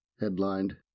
headlined